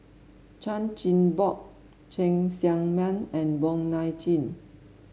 Chan Chin Bock Cheng Tsang Man and Wong Nai Chin